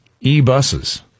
e-buses